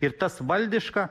ir tas valdiška